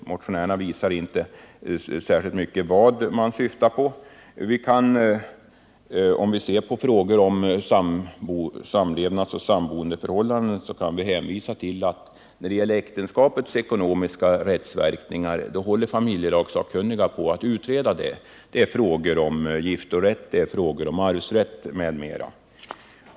Motionärerna visar inte särskilt mycket vad de syftar på. Vi kan, om vi ser på frågor om samlevnadsoch samboendeförhållanden, hänvisa till att familjelagssakkunniga håller på att utreda äktenskapets ekonomiska rättsverkningar. Det gäller frågor om giftorätt, arvsrätt m.m.